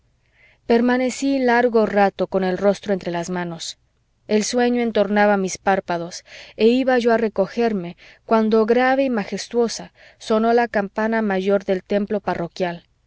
permanecí largo rato con el rostro entre las manos el sueño entornaba mis párpados e iba yo a recogerme cuando grave y majestuosa sonó la campana mayor del templo parroquial